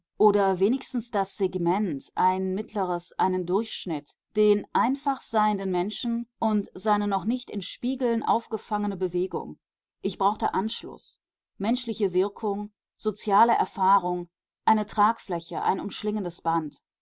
oder wenigstens das segment ein mittleres einen durchschnitt den einfach seienden menschen und seine noch nicht in spiegeln aufgefangene bewegung ich brauchte anschluß menschliche wirkung soziale erfahrung eine tragfläche ein umschlingendes band